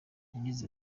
yagize